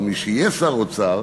או מי שיהיה שר האוצר,